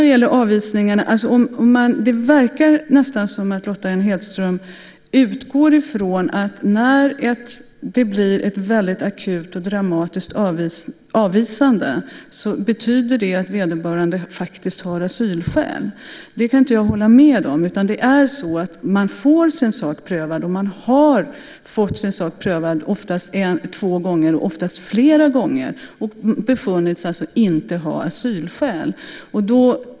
Det verkar nästan som att Lotta N Hedström utgår från att när det blir ett akut och dramatiskt avvisande betyder det att vederbörande faktiskt har asylskäl. Det kan jag inte hålla med om. Man får sin sak prövad, och man har ofta fått sin sak prövad en gång, två gånger, oftast fler gånger, och har befunnits inte ha asylskäl.